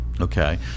okay